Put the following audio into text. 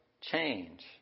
change